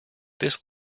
this